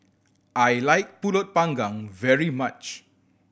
I like Pulut Panggang very much